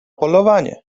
polowanie